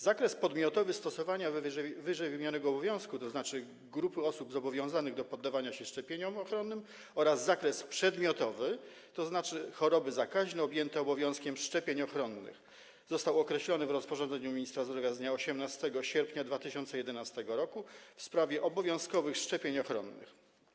Zakres podmiotowy stosowania ww. obowiązku, tzn. grupy osób zobowiązanych do poddawania się szczepieniom ochronnym, oraz zakres przedmiotowy, tzn. choroby zakaźne objęte obowiązkiem szczepień ochronnych, zostały określone w rozporządzeniu ministra zdrowia z dnia 18 sierpnia 2011 r. w sprawie obowiązkowych szczepień ochronnych.